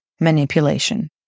manipulation